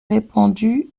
répandue